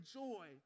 joy